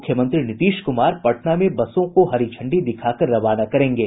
मुख्यमंत्री नीतीश कुमार पटना में बसों को हरी झंडी दिखाकर रवाना करेंगे